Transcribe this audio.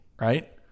right